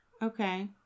Okay